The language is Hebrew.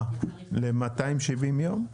מה, ל-270 ימים?